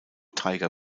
tiger